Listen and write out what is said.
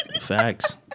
Facts